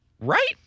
right